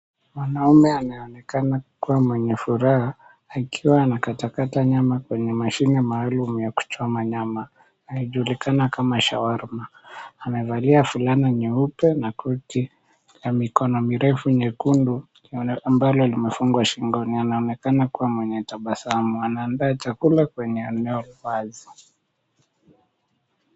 Mwanaume anaonekana kuwa mwenye furaha akiwa anakatakata nyama kwenye mashine maalum ya kuchoma nyama inayojulikana kama shawarma. Amevalia fulana nyeupe na koti la mikono mirefu nyekundu ambalo limefungwa shingoni. Anaonekana kuwa mwenye tabasamu. Anaandaa chakula kwenye eneo la kazi.